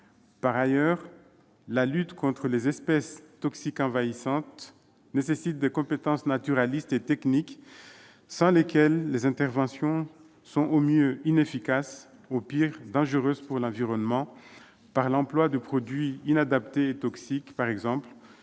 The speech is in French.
Par ailleurs, la lutte contre les espèces toxiques envahissantes nécessite des compétences naturalistes et techniques sans lesquelles les interventions sont au mieux inefficaces, au pire dangereuses pour l'environnement- en raison, par exemple, de l'emploi de produits inadaptés et toxiques -et pour